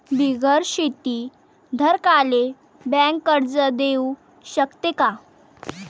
बिगर शेती धारकाले बँक कर्ज देऊ शकते का?